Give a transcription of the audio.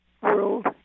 world